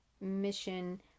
mission